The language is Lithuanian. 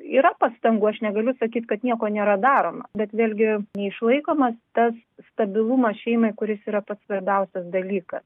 yra pastangų aš negaliu sakyt kad nieko nėra daroma bet vėlgi išlaikomas tas stabilumas šeimai kuris yra pats svarbiausias dalykas